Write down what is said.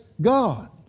God